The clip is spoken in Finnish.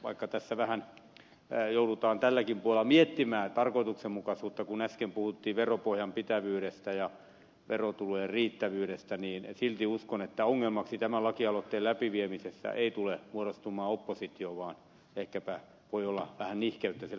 vaikka tässä vähän joudutaan tälläkin puolella miettimään tarkoituksenmukaisuutta kun äsken puhuttiin veropohjan pitävyydestä ja verotulojen riittävyydestä niin silti uskon että ongelmaksi tämän lakialoitteen läpiviemisessä ei tule muodostumaan oppositio vaan ehkäpä voi olla vähän nihkeyttä siellä hallituspuolueidenkin puolella